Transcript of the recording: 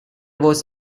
was